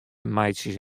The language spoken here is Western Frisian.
meitsjen